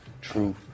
truth